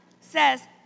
says